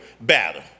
battle